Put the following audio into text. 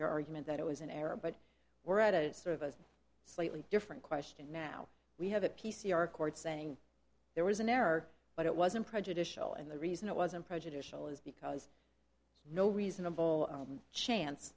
your argument that it was an error but we're at it sort of a slightly different question now we have a p c r court saying there was an error but it wasn't prejudicial and the reason it wasn't prejudicial is because no reasonable chance